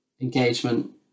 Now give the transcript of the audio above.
engagement